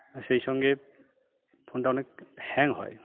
সেই সঙ্গে ফোনটা অনেক হ্যাং হয়